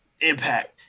Impact